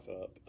up